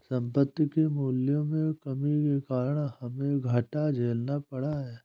संपत्ति के मूल्यों में कमी के कारण हमे घाटा झेलना पड़ा था